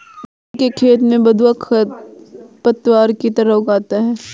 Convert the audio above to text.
गेहूँ के खेत में बथुआ खरपतवार की तरह उग आता है